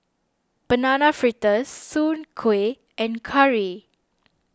Banana Fritters Soon Kueh and Curry